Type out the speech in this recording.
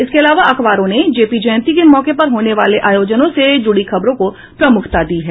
इसके अलावा अखबारों ने जेपी जयंती के मौके पर होने वाले आयोजनों से जुड़ी खबरों को प्रमुखता दी है